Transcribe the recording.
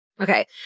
Okay